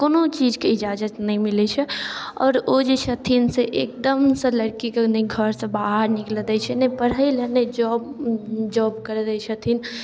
कोनो चीजके इजाजत नहि मिलै छै आओर ओ जे छथिन से एकदमसँ लड़कीके नहि घरसँ बाहर निकलऽ दै छै नहि पढ़ैलए नहि जॉब जॉब करऽ दै छथिन